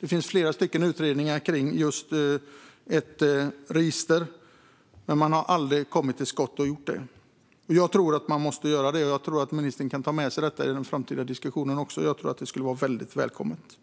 Det finns flera utredningar om just ett register, men man har aldrig kommit till skott med att införa det. Jag tycker att ministern kan ta med sig också detta i den framtida diskussionen. Jag tror att det skulle vara väldigt välkommet.